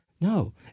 No